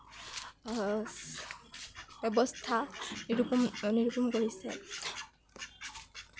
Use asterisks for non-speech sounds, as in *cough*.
ব্যৱস্থা *unintelligible* নিৰুপন কৰিছে